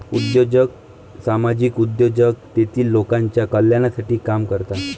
उद्योजक सामाजिक उद्योजक तेतील लोकांच्या कल्याणासाठी काम करतात